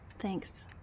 thanks